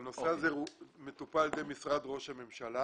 אבל הנושא הזה מטופל על ידי משרד ראש הממשלה